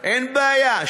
אין בעיה.